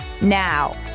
now